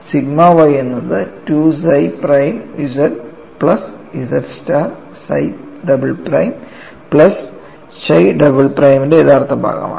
sigma y എന്നത് 2 psi prime plus z star psi double prime plus chi double പ്രൈമിന്റെ യഥാർത്ഥ ഭാഗമാണ്